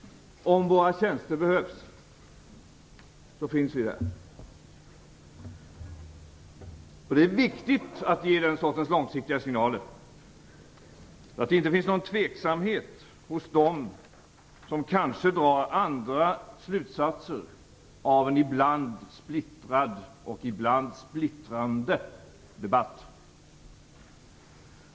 Om våra tjänster behövs så finns vi där. Det är viktigt att ge den sortens långsiktiga signaler, så att det inte finns någon tveksamhet hos dem som kanske drar andra slutsatser av en ibland splittrad och ibland splittrande debatt.